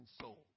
soul